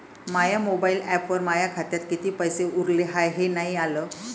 माया mobile ॲपवर माया खात्यात किती पैसे उरले हाय हे नाही आलं